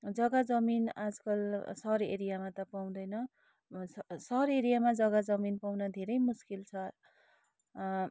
जग्गा जमिन आजकल सहर एरियामा त पाउँदैन सहर एरियामा जग्गा जमिन पाउन धेरै मुस्किल छ